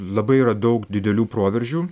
labai yra daug didelių proveržių